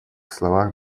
словах